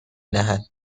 دهد